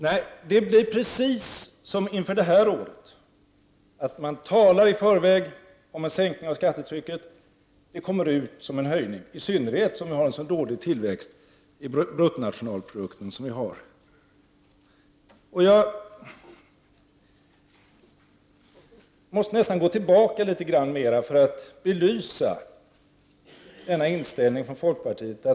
Nej, det blir precis som inför det här året: Man talar i förväg om en sänkning av skattetrycket, men det kommer ut som en höjning — detta i synnerhet som det är en så dålig tillväxt av bruttonationalprodukten. Jag måste gå tillbaka i tiden litet grand för att belysa folkpartiets inställning.